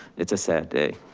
it's a sad day.